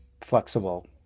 Flexible